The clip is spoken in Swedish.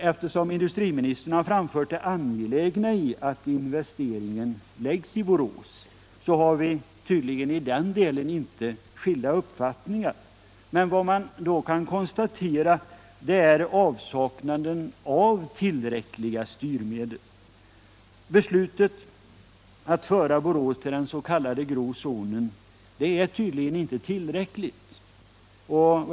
Eftersom industriministern har framhållit det angelägna i att investeringen görs i Borås, har vi tydligen inte några skilda uppfattningar i den delen. Men man kan konstatera avsaknaden av tillräckliga styrmedel. Beslutet att hänföra Borås till den s.k. grå zonen är tydligen inte tillräckligt.